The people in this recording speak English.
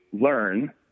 learn